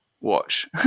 watch